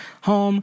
home